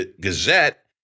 Gazette